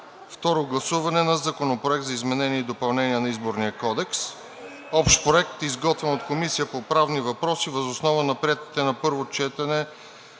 Второ гласуване на Законопроекта за изменение и допълнение на Изборния кодекс – Общ законопроект, изготвен от Комисията по правни въпроси въз основа на приетите на първо четене